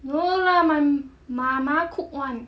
no lah my 妈妈 cook [one]